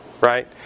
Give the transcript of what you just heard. right